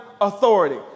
authority